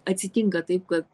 atsitinka taip kad